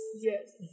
Yes